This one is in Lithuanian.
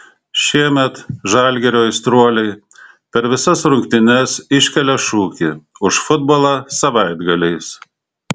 šiemet žalgirio aistruoliai per visas rungtynes iškelia šūkį už futbolą savaitgaliais